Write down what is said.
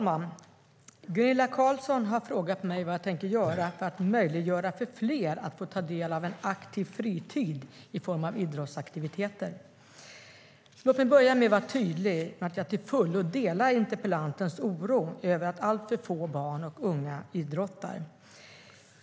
Fru talman! Gunilla Carlsson har frågat mig vad jag tänker göra för att möjliggöra för fler att ta del av en aktiv fritid i form av idrottsaktiviteter. Låt mig börja med att vara tydlig med att jag till fullo delar interpellantens oro över att alltför få barn och unga idrottar.